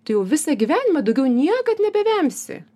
tu jau visą gyvenimą daugiau niekad nebevemsi